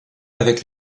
avec